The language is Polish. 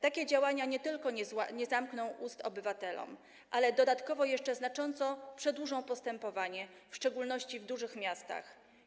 Takie działania nie tylko nie zamkną ust obywatelom, ale dodatkowo jeszcze znacząco przedłużą postępowania, w szczególności w dużych miastach.